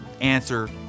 answer